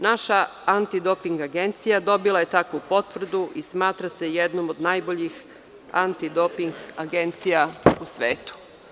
Naša Antidoping agencija dobila je takvu potvrdu i smatra se jednom od najboljih Antidoping agencija u svetu.